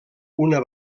una